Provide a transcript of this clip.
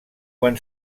quan